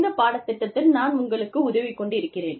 இந்த பாடத்திட்டத்தில் நான் உங்களுக்கு உதவிக் கொண்டிருக்கிறேன்